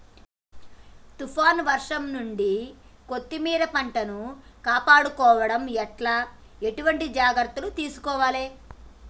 తుఫాన్ వర్షం నుండి కొత్తిమీర పంటను కాపాడుకోవడం ఎట్ల ఎటువంటి జాగ్రత్తలు తీసుకోవాలే?